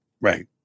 right